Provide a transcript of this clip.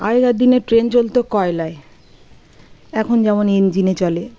আগেকার দিনে ট্রেন চলতো কয়লায় এখন যেমন ইঞ্জিনে চলে